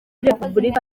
repubulika